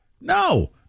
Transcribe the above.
No